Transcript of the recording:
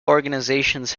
organizations